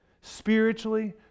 spiritually